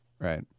right